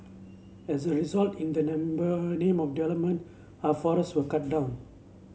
as a result in the number name of development our forests were cut down